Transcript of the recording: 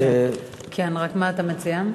מה אתה מציע,